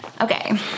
okay